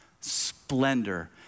splendor